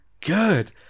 good